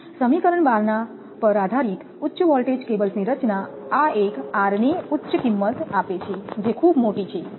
સમીકરણ 12 ના પર આધારિત ઉચ્ચ વોલ્ટેજ કેબલ્સની રચના આ એક r ની ઉચ્ચ કિંમત આપે છે જે ખૂબ મોટી છે